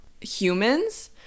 humans